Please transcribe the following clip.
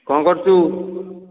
କ'ଣ କରୁଛୁ